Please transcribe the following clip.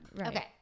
Okay